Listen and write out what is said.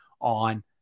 on